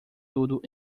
tudo